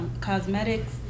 cosmetics